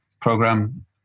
program